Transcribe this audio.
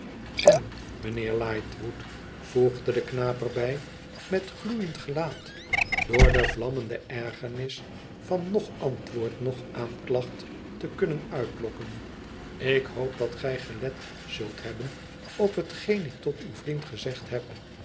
n mijnheer lightwood voegde de knaap er bij met gloeiend gelaat door de vlammende ergernis van noch antwoord noch aandacht te kannen uitlokken ik hoop dat gij gelet zult hebben op hetgeen ik tot uw vriend gezegd heb